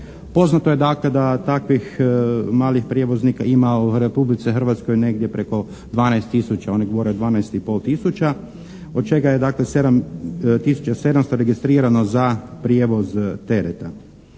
Poznato je dakle da takvih malih prijevoznika ima u Republici Hrvatskoj negdje preko 12 tisuća, oni govore 12,5 tisuća od čega je dakle 7 tisuća 700 registrirano za prijevoz tereta.